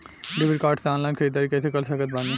Debit card से online ख़रीदारी कैसे कर सकत बानी?